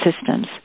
Systems